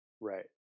right